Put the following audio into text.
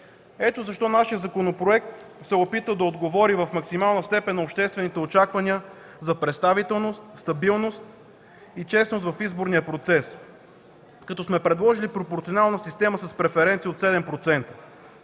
Ето защо нашият законопроект се опита да отговори в максимална степен на обществените очаквания за представителност, стабилност и честност в изборния процес, като сме предложили пропорционална система с преференция от 7%.